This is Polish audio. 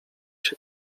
się